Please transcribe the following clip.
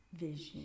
vision